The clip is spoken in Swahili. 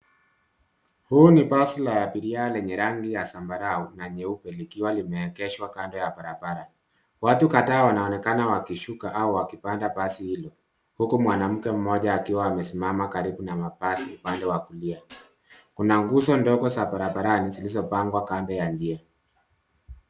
Huu ni basi la abiria lenye rangi ya zambarau na nyeupe likiwa limeegeshwa kando ya barabara. Watu kadhaa wanaonekana wakishuka au wakipanda basi hilo, huku mwanamke mmoja akiwa amesimama karibu na mabasi upande wa kulia. Kuna nguzo ndogo za barabarani zilizopangwa kando ya njia.